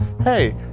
hey